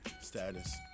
status